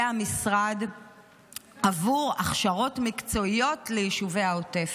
המשרד עבור הכשרות מקצועיות ליישובי העוטף.